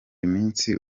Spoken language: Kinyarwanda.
iminsi